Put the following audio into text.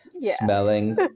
smelling